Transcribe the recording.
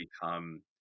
become